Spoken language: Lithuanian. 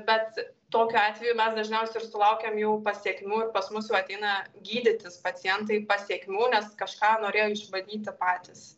bet tokiu atveju mes dažniausiai ir sulaukiam jau pasekmių ir pas mus jau ateina gydytis pacientai pasekmių nes kažką norėjo išbandyti patys